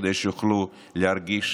כדי שיוכלו להרגיש